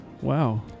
Wow